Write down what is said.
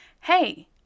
hey